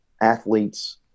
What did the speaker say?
athletes